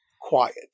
quiet